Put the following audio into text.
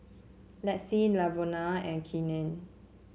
Lexi Lavona and Keenan